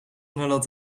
nadat